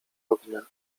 ognia